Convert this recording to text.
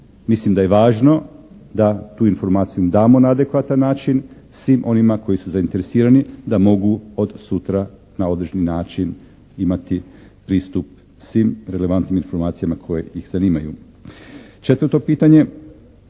Mislim da je važno da tu informaciju damo na adekvatan način svim onima koji su zainteresirani da mogu od sutra na određeni način imati pristup svim relevantnim informacijama koje ih zanimaju. Četvrto pitanje,